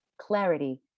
clarity